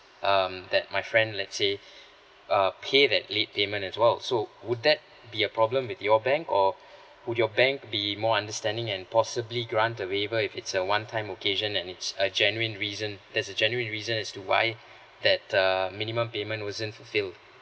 um that my friend let's say uh pay that late payment as well so would that be a problem with your bank or would your bank be more understanding and possibly grant a waiver if it's a one time occasion and it's a genuine reason that's a genuine reason as to why that err minimum payment wasn't fulfilled